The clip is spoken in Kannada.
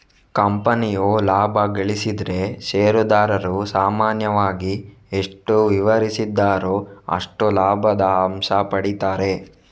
ಕಂಪನಿಯು ಲಾಭ ಗಳಿಸಿದ್ರೆ ಷೇರುದಾರರು ಸಾಮಾನ್ಯವಾಗಿ ಎಷ್ಟು ವಿವರಿಸಿದ್ದಾರೋ ಅಷ್ಟು ಲಾಭದ ಅಂಶ ಪಡೀತಾರೆ